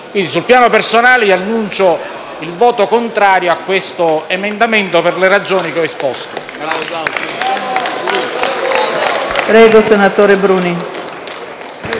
Quindi, sul piano personale, annuncio il voto contrario su questo emendamento, per le ragioni che ho esposto.